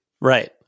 Right